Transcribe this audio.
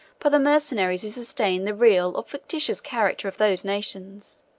by the mercenaries who sustained the real or fictitious character of those nations.